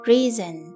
Reason